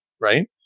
Right